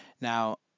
Now